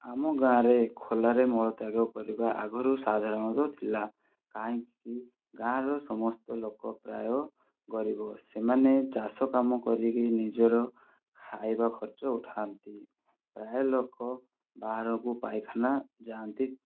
ଆମ ଗାଁରେ ଖୋଲାରେ ମଳତ୍ୟାଗ କରିବା ଆଗରୁ ସାଧାରଣରେ ଥିଲା କାହିଁକି ଗାଁର ସମସ୍ତ ଲୋକ ପ୍ରାୟ ଗରିବ ସେମାନେ ଚାଷ କାମ କରିକି ନିଜର ଖାଇବା ଖର୍ଚ୍ଚ ଉଠାନ୍ତି ପ୍ରାୟ ଲୋକ ବାହାରକୁ ପାଇଖାନା ଯାଆନ୍ତି